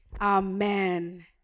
amen